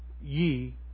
ye